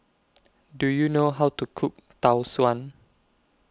Do YOU know How to Cook Tau Suan